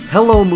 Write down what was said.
Hello